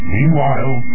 Meanwhile